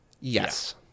yes